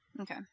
Okay